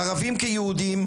ערבים כיהודים,